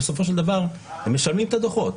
ובסופו של דבר הם משלמים את הדוחות.